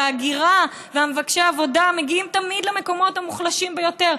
וההגירה ומבקשי העבודה מגיעים תמיד למקומות המוחלשים ביותר.